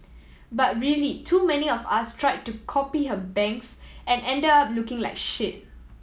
but really too many of us try to copy her bangs and end up looking like shit